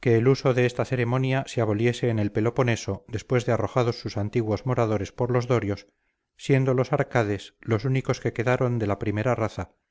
que le uso de esta ceremonia se aboliese en el peloponeso después de arrojados sus antiguos moradores por los dorios siendo los arcades los únicos que quedaron de la primera raza